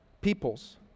people's